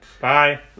Bye